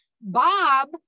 Bob